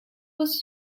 was